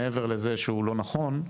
מעבר לזה שהוא לא נכון,